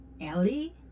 Ellie